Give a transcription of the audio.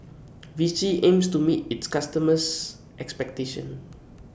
Vichy aims to meet its customers' expectations